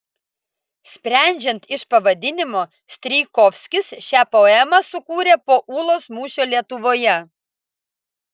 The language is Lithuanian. sprendžiant iš pavadinimo strijkovskis šią poemą sukūrė po ulos mūšio lietuvoje